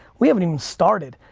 we haven't even started.